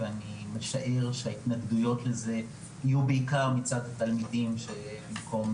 ואני משער שההתנגדויות לזה יהיו בעיקר מצד התלמידים שבמקום